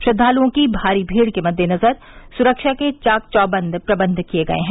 श्रद्वालुओं की भारी भीड़ के मद्देनजर सुरक्षा के चाक चौबंद प्रबंध किये गये हैं